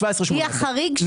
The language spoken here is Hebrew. שנת 2012-2011 היא החריג.